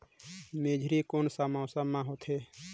मेझरी कोन सा मौसम मां होथे?